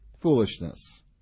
foolishness